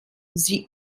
sie